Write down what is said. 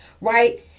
right